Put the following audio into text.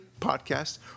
podcast